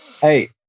Hey